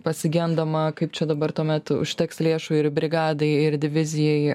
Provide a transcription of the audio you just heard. pasigendama kaip čia dabar tuomet užteks lėšų ir brigadai ir divizijai